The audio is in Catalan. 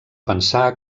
pensar